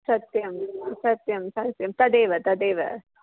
सत्यं सत्यं सत्यं तदेव तदेव